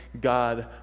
God